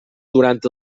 durant